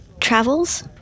travels